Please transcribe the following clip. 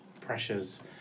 pressures